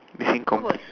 missing complete